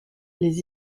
les